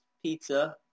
pizza